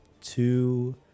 two